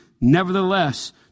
Nevertheless